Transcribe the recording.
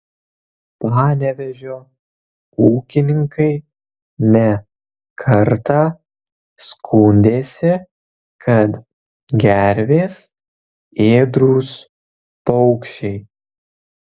panevėžio ūkininkai ne kartą skundėsi kad gervės ėdrūs paukščiai